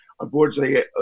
Unfortunately